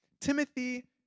Timothy